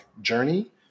journey